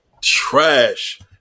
Trash